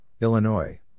Illinois